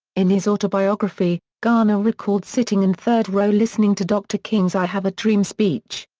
in his autobiography, garner recalled sitting in third row listening to dr. king's i have a dream speech.